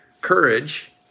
courage